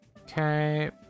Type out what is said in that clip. Okay